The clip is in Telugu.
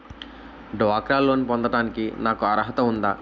డ్వాక్రా లోన్ పొందటానికి నాకు అర్హత ఉందా?